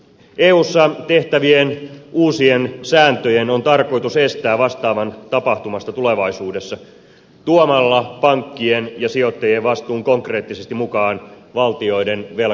eussa tehtävien uusien sääntöjen on tarkoitus estää vastaavaa tapahtumasta tulevaisuudessa tuomalla pankkien ja sijoittajien vastuu konkreettisesti mukaan valtioiden velkamarkkinoille